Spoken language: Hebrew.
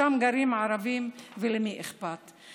שם גרים ערבים, ולמי אכפת.